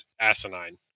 asinine